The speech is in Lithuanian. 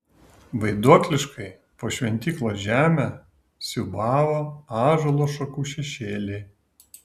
vaiduokliškai po šventyklos žemę siūbavo ąžuolo šakų šešėliai